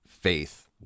faith